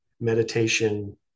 meditation